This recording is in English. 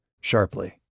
sharply